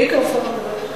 חבר הכנסת רותם,